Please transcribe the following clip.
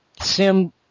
sim